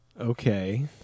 Okay